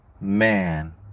man